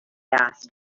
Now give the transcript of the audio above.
asked